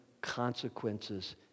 consequences